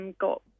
got